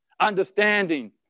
Understanding